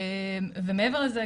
מעבר לזה,